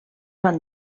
van